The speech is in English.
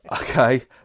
okay